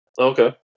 Okay